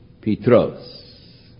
Petros